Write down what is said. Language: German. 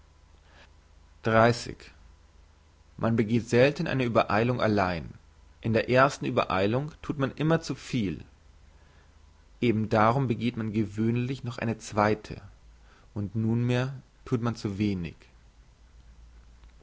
man begeht selten eine übereilung allein in der ersten übereilung thut man immer zu viel eben darum begeht man gewöhnlich noch eine zweite und nunmehr thut man zu wenig